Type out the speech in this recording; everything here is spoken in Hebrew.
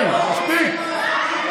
די, מספיק.